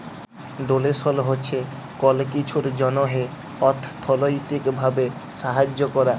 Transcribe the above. ডোলেসল হছে কল কিছুর জ্যনহে অথ্থলৈতিক ভাবে সাহায্য ক্যরা